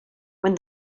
when